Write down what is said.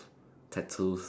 tattoos